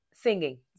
Singing